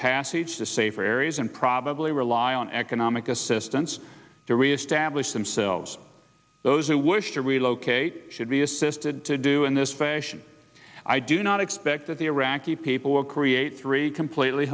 passage to safer areas and probably rely on economic assistance to reestablish themselves those who wish to relocate should be assisted to do in this fashion i do not expect that the iraqi people will create three completely